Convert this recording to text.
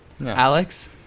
Alex